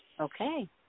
Okay